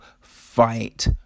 Fight